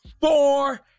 four